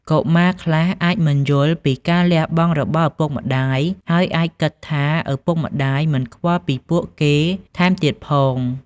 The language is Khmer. កុមារខ្លះអាចមិនយល់ពីការលះបង់របស់ឪពុកម្ដាយ ហើយអាចគិតថាឪពុកម្ដាយមិនខ្វល់ពីពួកគេថែមទៀតផង។